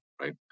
right